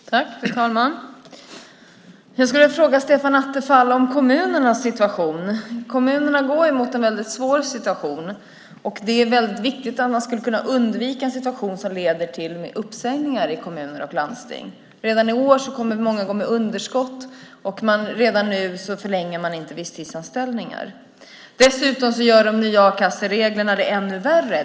Fru talman! Jag skulle vilja fråga Stefan Attefall om kommunernas situation. Kommunerna går ju mot en väldigt svår situation, och det är viktigt att kunna undvika en situation som leder till mer uppsägningar i kommuner och landsting. Redan i år kommer många att gå med underskott och visstidsanställningar förlängs inte. Dessutom gör de nya a-kassereglerna det ännu värre.